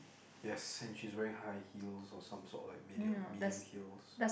yes and she's wearing high heels or some sort like medium medium heels